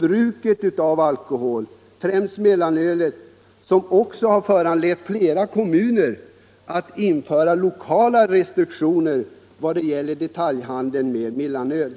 Bruket av alkohol, främst mellanöl, har föranlett flera kommuner att införa lokala restriktioner för detaljhandeln med mellanöl.